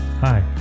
Hi